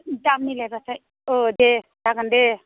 दाम मिलायब्लाथाय औ दे जागोन दे